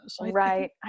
Right